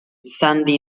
sandy